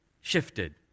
shifted